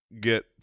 get